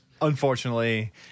Unfortunately